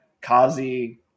Kazi